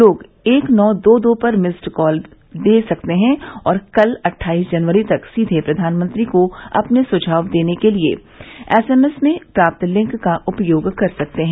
लोग एक नौ दो दो पर मिस्ड कॉल मी दे सकते हैं और कल अट्ठाईस जनवरी तक सीधे प्रधानमंत्री को अपने सुझाव देने के लिए एस एम एस में प्राप्त लिंक का उपयोग कर सकते हैं